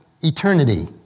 eternity